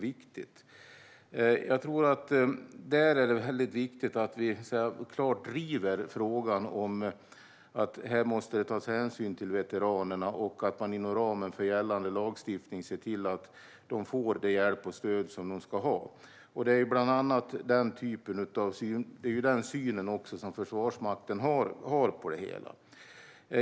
Det är viktigt att vi driver frågan om att det måste tas hänsyn till veteranerna och att man inom ramen för gällande lagstiftning ser till att de får den hjälp och det stöd de ska ha. Det är också den syn Försvarsmakten har på det hela.